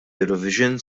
eurovision